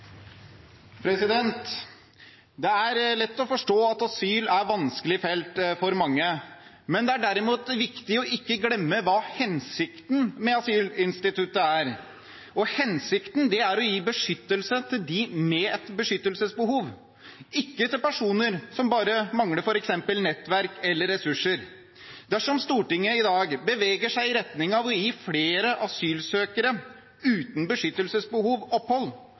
vanskelig felt for mange. Det er derimot viktig å ikke glemme hva hensikten med asylinstituttet er. Hensikten er å gi beskyttelse til dem med et beskyttelsesbehov, ikke til personer som bare mangler f.eks. nettverk eller ressurser. Dersom Stortinget i dag beveger seg i retning av å gi flere asylsøkere uten beskyttelsesbehov opphold,